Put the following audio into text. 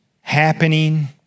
happening